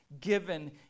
given